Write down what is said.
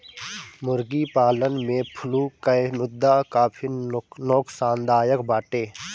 मुर्गी पालन में फ्लू कअ मुद्दा काफी नोकसानदायक बाटे